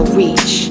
reach